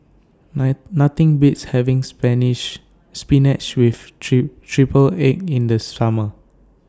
Nothing Beats having Spanish Spinach with Tree Triple Egg in The Summer